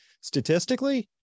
statistically